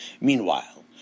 Meanwhile